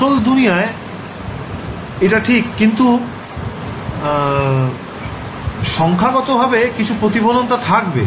আসল দুনিয়ায় এটা ঠিক কিন্তু সংখ্যাগতভাবে কিছু প্রতিফলন তা থাকবে